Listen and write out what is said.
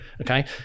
okay